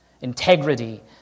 integrity